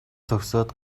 төгсөөд